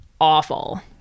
awful